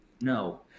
no